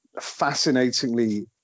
fascinatingly